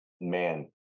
man